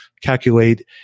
calculate